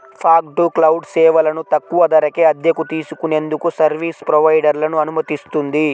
fog to cloud సేవలను తక్కువ ధరకే అద్దెకు తీసుకునేందుకు సర్వీస్ ప్రొవైడర్లను అనుమతిస్తుంది